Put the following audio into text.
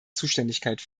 zuständigkeit